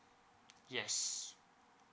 yes